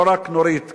לא רק נורית קטנה,